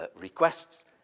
requests